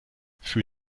für